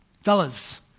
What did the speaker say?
Fellas